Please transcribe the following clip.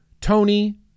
Tony